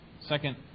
Second